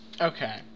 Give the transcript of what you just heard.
okay